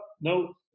no